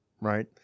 right